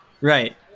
Right